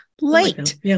late